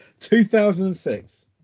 2006